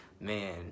man